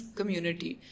community